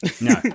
No